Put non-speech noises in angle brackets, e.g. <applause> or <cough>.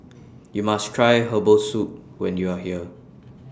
<noise> YOU must Try Herbal Soup when YOU Are here